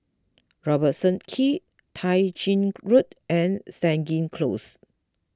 Robertson Quay Tai Gin Road and Stangee Close